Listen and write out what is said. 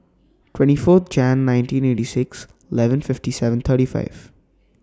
twenty four Jan nineteen eighty six eleven fifty seven thirty five